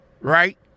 right